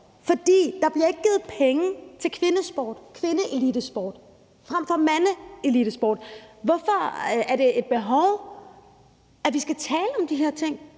fordi der ikke bliver givet penge til kvindeelitesport i forhold til mandeelitesport. Hvorfor er det et behov, at vi skal tale om de her ting?